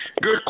Good